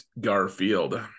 garfield